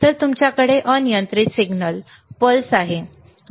तर तुमच्याकडे अनियंत्रित सिग्नल पल्स आहे